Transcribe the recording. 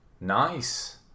Nice